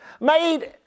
made